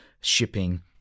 shipping